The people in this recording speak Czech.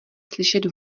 slyšet